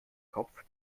kopf